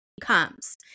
comes